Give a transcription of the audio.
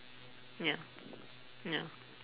ya ya